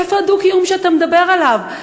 איפה הדו-קיום שאתה מדבר עליו?